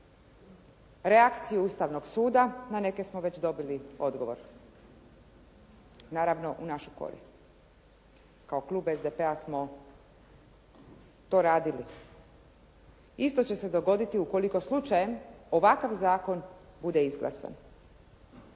reakciju Ustavnog suda, na neke smo već dobili odgovor naravno u našu korist. Kao klub SDP-a smo to radili. Isto će se dogoditi ukoliko slučajem ovakav zakon bude izglasan,